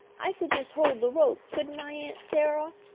i could just hold the rope, couldn't i, aunt sarah?